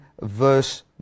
verse